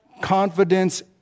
confidence